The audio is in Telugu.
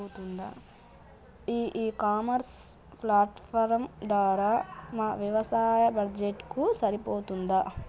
ఈ ఇ కామర్స్ ప్లాట్ఫారం ధర మా వ్యవసాయ బడ్జెట్ కు సరిపోతుందా?